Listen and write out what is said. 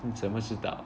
你怎么知道